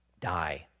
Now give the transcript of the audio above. die